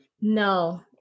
No